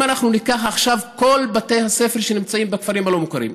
אם ניקח עכשיו את כל בתי הספר שנמצאים בכפרים הלא-מוכרים,